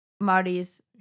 Marty's